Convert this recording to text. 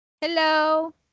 hello